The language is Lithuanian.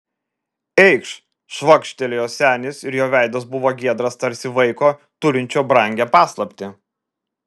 eikš švagždėjo senis ir jo veidas buvo giedras tarsi vaiko turinčio brangią paslaptį